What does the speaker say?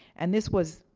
and this was,